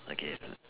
okay